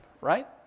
right